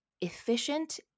efficient